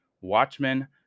Watchmen